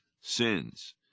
sins